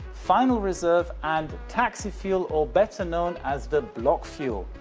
final reserve, and taxi fuel, or better known as the block fuel.